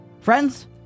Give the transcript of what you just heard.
friends